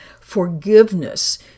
Forgiveness